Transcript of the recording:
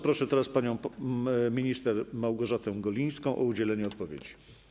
Proszę teraz panią minister Małgorzatę Golińską o udzielenie odpowiedzi.